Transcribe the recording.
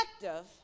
effective